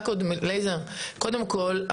קודם כל,